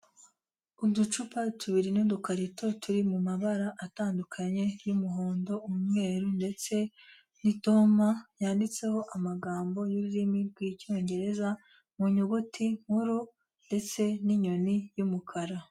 Uducupa tubiri n'udukarito turi mu mabara atandukanye y'umuhondo, umweru, ndetse n'itoma yanditseho amagambo y'ururimi rw'icyongereza mu nyuguti nkuru ndetse n'inyoni y'umukara.